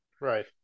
right